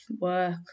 work